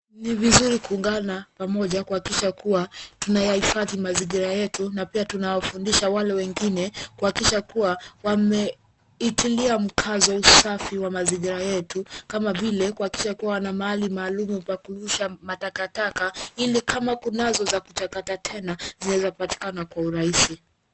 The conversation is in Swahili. Ni vizuri kuungana pamoja kuhakikisha kuwa tunayahifadhi mazingira yetu na pia tunawafundisha wale wengine kuhakikisha kuwa wameitilia mkazo usafi wa mazingira yetu kama vile kuhakikisha kuwa wana mahali maalumu pa kurusha matakataka ili kama kunazo za kuchakata tena zinaweza kupatikana kwa urahisi.